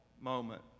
moment